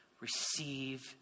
receive